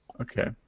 Okay